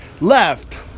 left